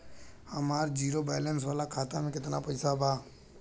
हमार zero balance वाला खाता में केतना पईसा बा?